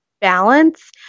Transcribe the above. balance